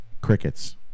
Crickets